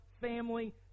family